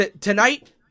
tonight